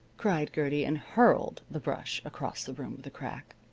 cried gertie, and hurled the brush across the room with a crack.